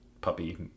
puppy